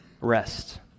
Rest